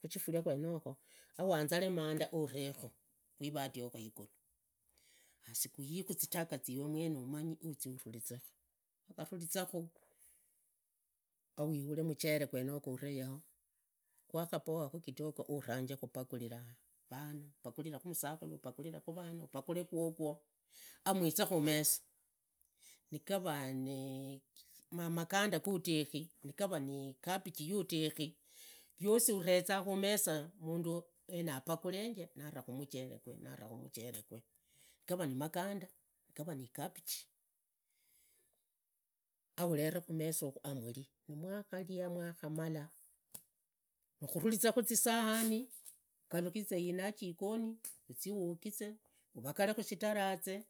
khushifuria kwenekho awandalee maanda urekhu, kwivari yokho igulu, has guyii khazidakha zia umanyi iwe mwene uvuriza, uvurizakhu awihale muchere gwenogo hauraa yahoo gwariapoakhu kidogo uranje kupakurira vandu, upakurire musakhulu, upakurive vana upuhure gwogwo amuhize khamesa niga nemaganda gutekhi nigava nigabichi yutekhi vyosi urezaa niga numeganda gutekhiz nigava nigabichi yutekhi, vyosi urezaa khumesa mundu mwene apakhulenje navaa khumuchele gwene naraa khumuchere gwene nigava nimagandu nigava nivigapichi hamureve khumesa yokho amurii, numwa kharia mwakhamala nukhururizakhu zisana ugalukhize inajirioni, uzii wogize uvagalee khushitalazee.